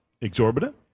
Exorbitant